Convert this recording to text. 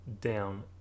down